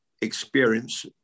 experience